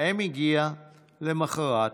האם הגיעה למוחרת,